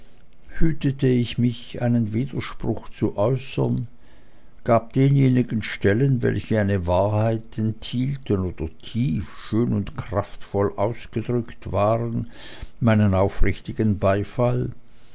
hütete ich mich einen widerspruch zu äußern gab denjenigen stellen welche eine wahrheit enthielten oder tief schön und kraftvoll ausgedrückt waren meinen aufrichtigen beifall